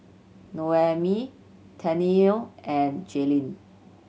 Noemi Tennille and Jaylyn